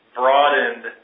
broadened